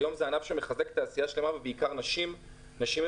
היום זה ענף שמחזק תעשייה שלימה ובעיקר נשים מבוגרות,